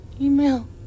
Email